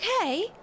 okay